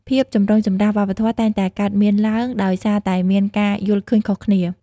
ភាពចម្រូងចម្រាសវប្បធម៌តែងតែកើតមានឡើងដោយសារតែមានការយល់ឃើញខុសគ្នា។